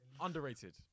Underrated